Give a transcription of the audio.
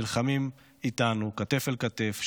נלחמים איתנו כתף אל כתף,